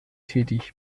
tätig